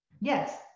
Yes